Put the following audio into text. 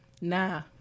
nah